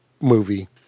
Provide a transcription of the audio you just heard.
movie